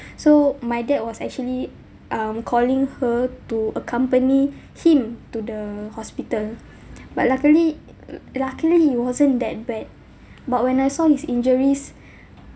so my dad was actually um calling her to accompany him to the hospital but luckily luckily he wasn't that bad but when I saw his injuries